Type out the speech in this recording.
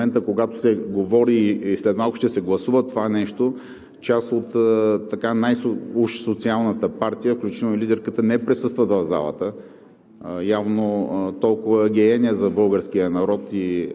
от това рехаво присъствие, даже видях, че и в момента, когато се говори и след малко ще се гласува това нещо, част от така уж най-социалната партия, включително и лидерката, не присъстват в залата.